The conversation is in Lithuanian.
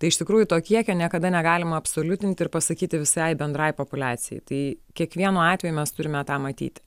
tai iš tikrųjų to kiekio niekada negalima absoliutinti ir pasakyti visai bendrai populiacijai tai kiekvienu atveju mes turime tą matyti